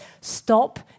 stop